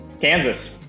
Kansas